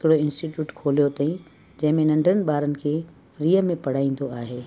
हिकिड़ो इंस्टीट्यूट खोलियो अथेई जंहिं में नंढनि ॿारनि खे फ्रीअ में पढ़ाईंदो आहे